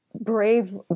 brave